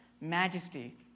majesty